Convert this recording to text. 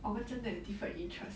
我们真的有 different interest